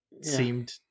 seemed